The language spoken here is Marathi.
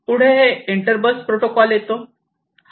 पुढे इंटर बस प्रोटोकॉल येतो